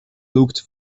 looked